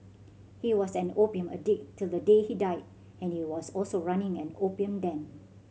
he was an opium addict till the day he died and he was also running an opium den